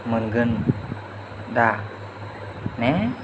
मोनगोन दा ने